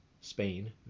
Spain